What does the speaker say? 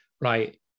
Right